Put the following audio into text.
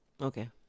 Okay